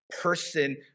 person